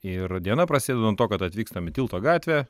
ir diena prasideda nuo to kad atvykstam į tilto gatvę